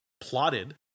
plotted